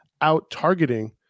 out-targeting